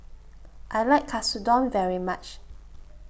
I like Katsudon very much